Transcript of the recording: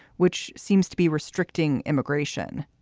which seems to be restricting immigration.